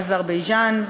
אזרבייג'ן,